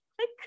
click